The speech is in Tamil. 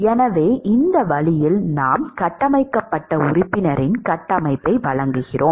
எனவே இந்த வழியில் நாம் கட்டமைக்கப்பட்ட உறுப்பினரின் கட்டமைப்பை வழங்குகிறோம்